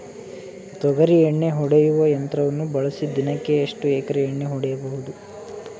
ತೊಗರಿ ಎಣ್ಣೆ ಹೊಡೆಯುವ ಯಂತ್ರವನ್ನು ಬಳಸಿ ದಿನಕ್ಕೆ ಎಷ್ಟು ಎಕರೆ ಎಣ್ಣೆ ಹೊಡೆಯಬಹುದು?